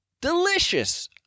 Delicious